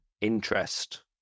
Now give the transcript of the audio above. interest